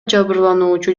жабырлануучу